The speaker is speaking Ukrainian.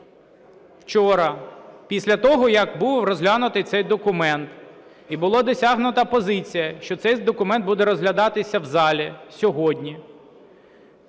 вчора після того, як був розглянутий цей документ і була досягнута позиція, що цей документ буде розглядатися в залі сьогодні,